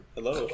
Hello